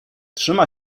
trzyma